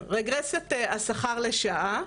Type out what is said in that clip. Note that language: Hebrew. רגרסיות: רגרסיית השכר לשעה,